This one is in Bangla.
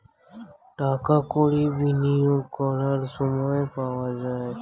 টাকা কড়ি বিনিয়োগ করার সময় পাওয়া যায়